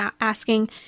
asking